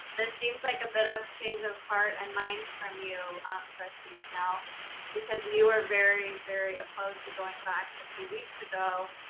this seems like a bit of change of heart and mind from you trustee snell because you were very, very opposed to going back a few weeks ago.